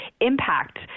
impact